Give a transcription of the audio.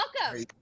welcome